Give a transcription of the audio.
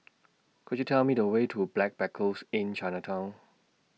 Could YOU Tell Me The Way to Backpackers Inn Chinatown